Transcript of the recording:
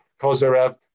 Kozarev